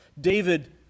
David